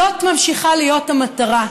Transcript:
זו ממשיכה להיות המטרה.